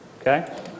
Okay